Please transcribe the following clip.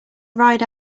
ride